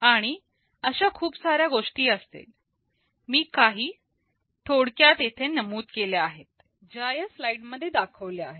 आणि अशा खूप साऱ्या गोष्टी असतील मी काही थोड्या येथे नमूद केल्या आहेत